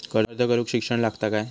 अर्ज करूक शिक्षण लागता काय?